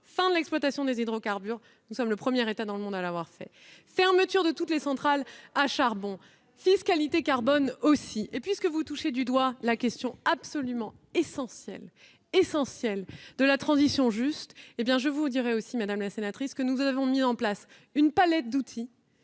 fin de l'exploitation des hydrocarbures, décision que nous sommes le premier État dans le monde à avoir prise, fermeture de toutes les centrales à charbon, fiscalité carbone. Et puisque vous touchez du doigt la question absolument essentielle de la transition juste, je vous dirai aussi, madame la sénatrice, que nous avons mis en place une palette d'outils